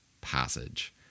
passage